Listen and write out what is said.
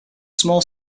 small